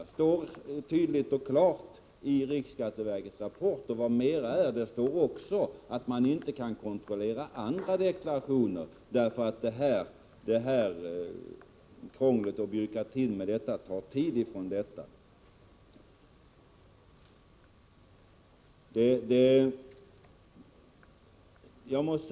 Det står tydligt och klart i riksskatteverkets rapport att de nu aktuella reglernas efterlevnad inte kan kontrolleras. Det står också att man inte kan kontrollera andra deklarationer, därför att krånglet och byråkratin på den här punkten tar så stor tid i anspråk.